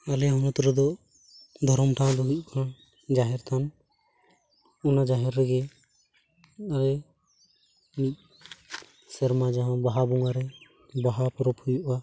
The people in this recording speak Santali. ᱟᱞᱮ ᱦᱚᱱᱚᱛ ᱨᱮᱫᱚ ᱫᱷᱚᱨᱚᱢ ᱴᱷᱟᱶ ᱫᱚ ᱦᱩᱭᱩᱜ ᱠᱟᱱᱟ ᱡᱟᱦᱮᱨᱛᱷᱟᱱ ᱚᱱᱟ ᱡᱟᱦᱮᱨ ᱨᱮᱜᱮ ᱮᱭ ᱢᱤᱫ ᱥᱮᱨᱢᱟ ᱡᱟᱦᱟᱸ ᱵᱟᱦᱟ ᱵᱚᱸᱜᱟ ᱨᱮ ᱵᱟᱦᱟ ᱯᱚᱨᱚᱵ ᱦᱩᱭᱩᱜᱼᱟ